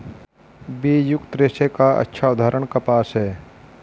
बीजयुक्त रेशे का अच्छा उदाहरण कपास है